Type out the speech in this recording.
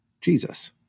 Jesus